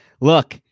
look